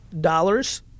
dollars